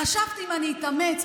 חשבתי שאני אתאמץ,